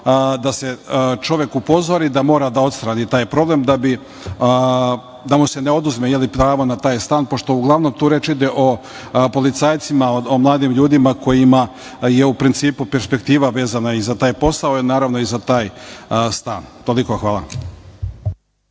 da se čovek upozori da mora da odstrani taj problem da mu se ne oduzme pravo na taj stan, pošto je tu reč o policajcima, mladim ljudima kojima je principu perspektiva vezana i za taj posao, naravno i za taj stan. Toliko. Hvala.